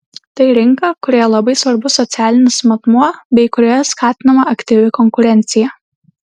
tai rinka kurioje labai svarbus socialinis matmuo bei kurioje skatinama aktyvi konkurencija